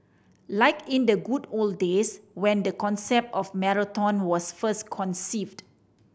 like in the good old days when the concept of marathon was first conceived